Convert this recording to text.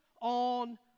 on